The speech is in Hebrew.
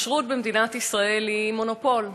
הכשרות במדינת ישראל היא מונופול.